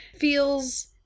feels